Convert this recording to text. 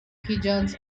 pigeons